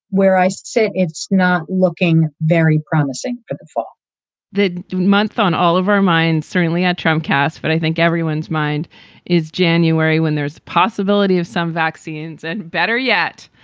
where i sit, it's not looking very promising for the for the month on all of our minds, certainly at tramcars but i think everyone's mind is january when there's possibility of some vaccines and better yet,